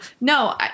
No